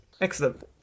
Excellent